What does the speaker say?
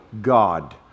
God